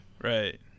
right